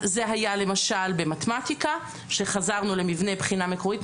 זה היה למשל במתמטיקה שחזרנו למבנה בחינה מקורית,